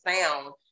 sound